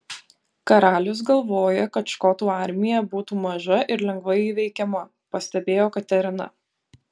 karalius galvoja kad škotų armija būtų maža ir lengvai įveikiama pastebėjo katerina